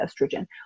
estrogen